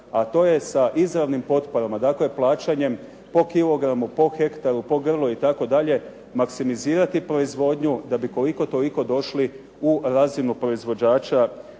a to je sa izravnim potporama, dakle plaćanjem po kilogramu, po hektaru, po grlu itd., maksimizirati proizvodnju da bi koliko toliko došli u razinu proizvođača